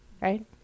right